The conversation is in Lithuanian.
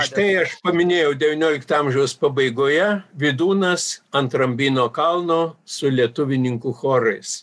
štai aš paminėjau devyniolikto amžiaus pabaigoje vydūnas ant rambyno kalno su lietuvininkų chorais